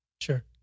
Sure